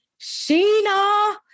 Sheena